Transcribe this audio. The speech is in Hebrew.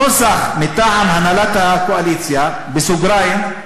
נוסח מטעם הנהלת הקואליציה, בסוגריים,